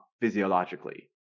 physiologically